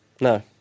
No